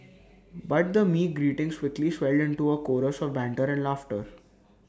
but the meek greetings quickly swelled into A chorus of banter and laughter